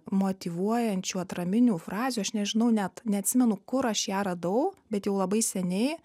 motyvuojančių atraminių frazių aš nežinau net neatsimenu kur aš ją radau bet jau labai seniai